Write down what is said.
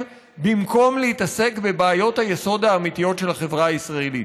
במקום להתעסק בבעיות היסוד האמיתיות של החברה הישראלית.